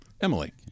Emily